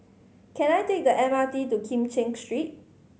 can I take the M R T to Kim Cheng Street